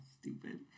stupid